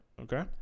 Okay